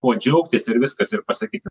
kuo džiaugtis ir viskas ir pasakyti